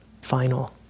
final